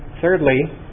Thirdly